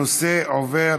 הנושא עובר,